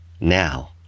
Now